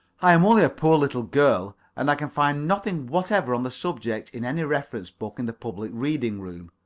i am only a poor little girl, and i can find nothing whatever on the subject in any reference book in the public reading-room.